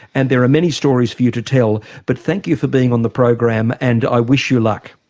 and there are many stories for you to tell. but thank you for being on the program and i wish you luck.